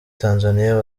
tanzaniya